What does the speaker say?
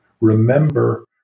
remember